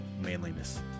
manliness